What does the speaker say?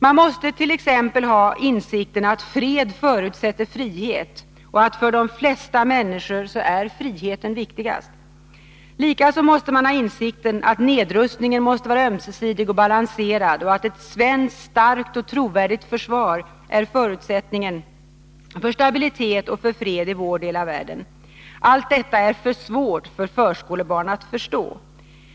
Man måste t.ex. ha insikten att fred förutsätter frihet och att för de flesta människor friheten är viktigast. Likaså måste man ha insikten att nedrustningen måste vara ömsesidig och balanserad och att ett starkt och trovärdigt svenskt försvar är förutsättningen för stabilitet och fred i vår del av världen. Allt detta är för svårt för förskolebarn att förstå.